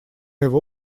его